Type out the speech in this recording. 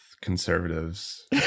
conservatives